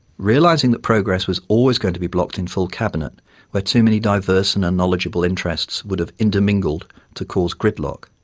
realizing that progress was always going to be blocked in full cabinet where too many diverse and unknowledgeable interests would have intermingled to cause gridlock,